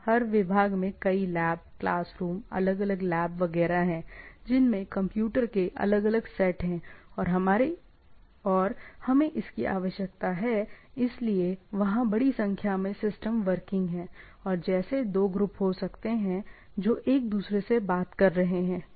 हर विभाग में कई लैब क्लास रूम अलग अलग लैब वगैरह हैं जिनमें कंप्यूटर के अलग अलग सेट हैं और हमें इसकी आवश्यकता है इसलिए वहाँ बड़ी संख्या में सिस्टम वर्किंग हैं और जैसे दो ग्रुप हो सकते हैं जो एक दूसरे से बात कर रहे हैं ठीक है